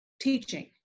teaching